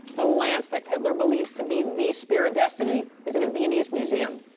the lance that hitler believes to be the spear of destiny is in a viennese museum.